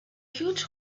huge